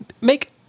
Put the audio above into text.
Make